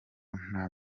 nta